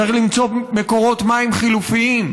צריך למצוא מקורות מים חלופיים,